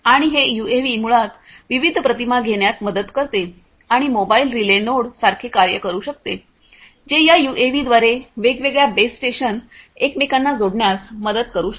आणि हे यूएव्ही मुळात विविध प्रतिमा घेण्यात मदत करते आणि मोबाइल रिले नोड सारखे कार्य करू शकते जे या यूएव्हीद्वारे वेगवेगळ्या बेस स्टेशन एकमेकांना जोडण्यास मदत करू शकते